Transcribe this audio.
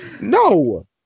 No